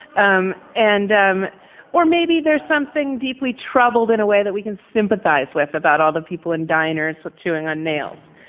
um and um or maybe there's something deeply troubled in a way that we can sympathize with about all the people in diners with chewing on nails